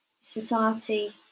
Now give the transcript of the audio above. society